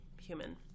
human